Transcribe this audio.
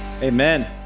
Amen